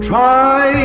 Try